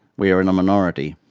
we are in a minority.